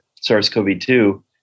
SARS-CoV-2